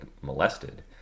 molested